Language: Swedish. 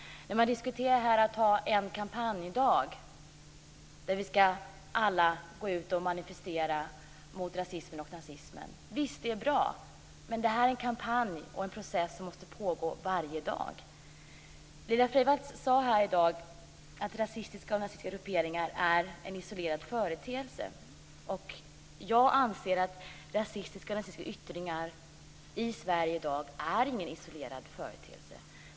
Man diskuterar här att ha en kampanjdag då vi alla ska gå ut och manifestera mot rasismen och nazismen. Visst, det är bra, men det här är en kampanj och en process som måste pågå varje dag. Laila Freivalds sade här i dag att rasistiska och nazistiska grupperingar är en isolerad företeelse. Jag anser att rasistiska och nazistiska yttringar i Sverige i dag inte är någon isolerad företeelse.